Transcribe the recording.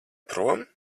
prom